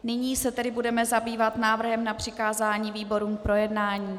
Nyní se tedy budeme zabývat návrhem na přikázání výborům k projednání.